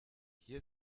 hier